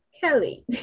kelly